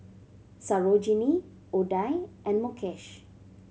Sarojini Udai and Mukesh